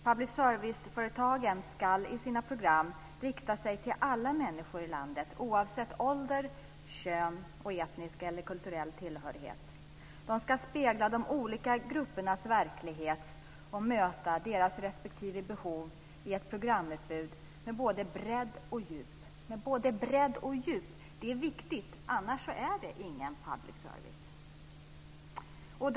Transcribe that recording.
Public service-företagen ska i sina program rikta sig till alla människor i landet oavsett ålder, kön och etnisk eller kulturell tillhörighet. De ska spegla de olika gruppernas verklighet och möta deras respektive behov i ett programutbud med både bredd och djup, vilket är viktigt, annars är det ingen public service.